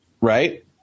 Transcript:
right